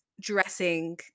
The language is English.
dressing